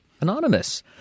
Anonymous